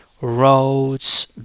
roads